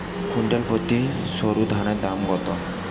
Quintal প্রতি সরুধানের দাম কত?